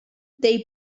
they